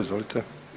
Izvolite.